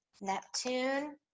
Neptune